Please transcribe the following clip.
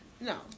no